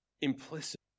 implicit